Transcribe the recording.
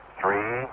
three